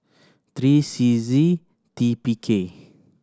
three C Z T P K